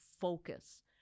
focus